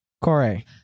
corey